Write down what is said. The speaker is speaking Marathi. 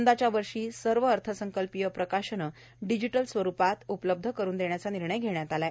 यंदाच्या वर्षी सर्व अर्थसंकल्पीय प्रकाशने डिजीटल स्वरुपात उपलब्ध करुन देण्याचा निर्णय झाला आहे